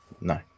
No